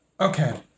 Okay